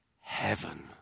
Heaven